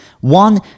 One